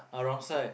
uh wrong side